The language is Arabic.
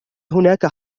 هناك